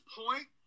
point